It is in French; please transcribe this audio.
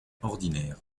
ordinaires